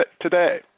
today